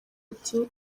ati